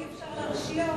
היום אי-אפשר להרשיע אותה.